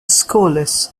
scoreless